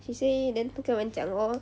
she say then 不跟人讲 lor